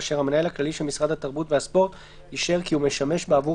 ואשר המנהל הכללי של משרד התרבות והספורט אישר כי הוא משמש בעבור